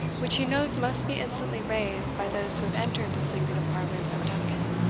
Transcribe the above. which he knows must be instantly raised by those who have entered the sleeping apartment of duncan.